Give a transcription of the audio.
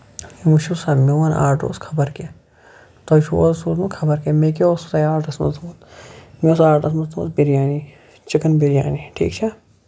تُہۍ وُچھِو سَر میون آرڈر اوس خبر کیاہ مےٚ کیاہ اوسُو تۄہہِ آرڈر مےٚ اوس آرڈرَس منز مےٚ اوس آرڈرَس منٛز تھٲومٕژ بِریانی چِکن بِریانی ٹھیٖک چھا